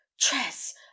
Tress